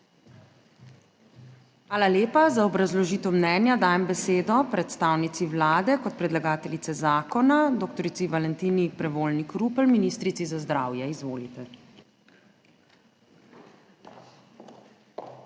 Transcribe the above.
Hvala lepa. Za obrazložitev mnenja dajem besedo predstavnici Vlade kot predlagateljice zakona, dr. Valentini Prevolnik Rupel, ministrici za zdravje. Izvolite. DR.